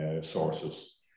sources